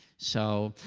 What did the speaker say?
so,